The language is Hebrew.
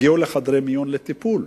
והגיעו לחדרי מיון לטיפול.